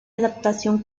adaptación